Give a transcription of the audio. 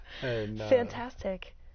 Fantastic